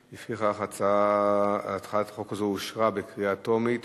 חוק ומשפט נתקבלה.